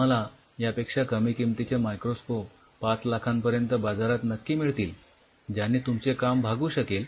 तुम्हाला यापेक्षा कमी किमतीचे मायक्रोस्कोप ५ लाखांपर्यंत बाजारात नक्की मिळतील ज्याने तुमचे काम भागू शकेल